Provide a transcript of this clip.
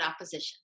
opposition